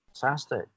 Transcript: Fantastic